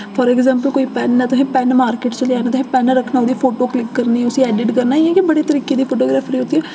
for example कोई pen ऐ तुसें पैन्न मार्किट च लेआना ऐ तुसें पैन्न रक्खना उदी फोटो क्लिक करनी उस्सी एडिट करना इ'यां के बड़े तरीके दी फोटोग्राफ्री होती ऐ